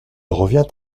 revient